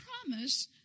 promise